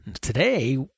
Today